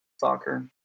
soccer